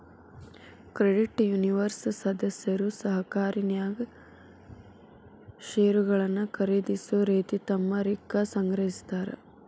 credit union ಸದಸ್ಯರು ಸಹಕಾರಿನ್ಯಾಗ್ ಷೇರುಗಳನ್ನ ಖರೇದಿಸೊ ರೇತಿ ತಮ್ಮ ರಿಕ್ಕಾ ಸಂಗ್ರಹಿಸ್ತಾರ್